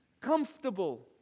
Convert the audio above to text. comfortable